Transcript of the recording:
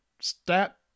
Stat